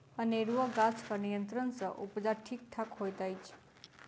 अनेरूआ गाछक नियंत्रण सँ उपजा ठीक ठाक होइत अछि